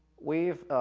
we've,